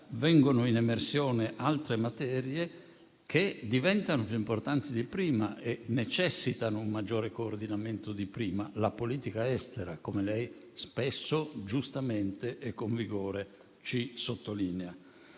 vengono in emersione altre materie che diventano più importanti di prima e necessitano maggiore coordinamento di prima: penso alla politica estera, come lei spesso giustamente e con vigore sottolinea.